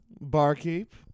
Barkeep